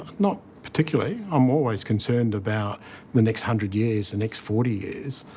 not particularly. i'm always concerned about the next hundred years, the next forty years,